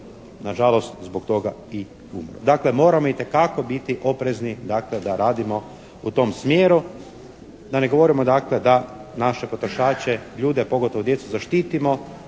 nažalost zbog toga i umro. Dakle moramo itekako biti oprezni dakle da radimo u tom smjeru. Da ne govorimo dakle da naše potrošače, ljude, pogotovo djecu zaštitimo,